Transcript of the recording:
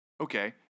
okay